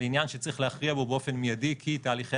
זה עניין שצריך להכריע בו באופן מיידי כי תהליכי